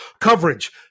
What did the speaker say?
Coverage